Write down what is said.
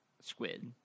squid